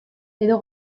edo